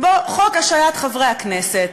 חוק השעיית חברי כנסת,